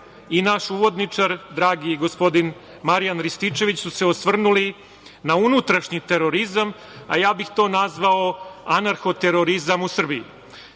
i naš uvodničar, dragi gospodin Marijan Rističević su se osvrnuli na unutrašnji terorizam, a ja bih to nazvao anarho terorizam u Srbiji. Imamo